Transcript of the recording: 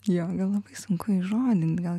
jo gal labai sunku įžodint gal